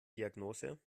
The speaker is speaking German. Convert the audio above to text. diagnose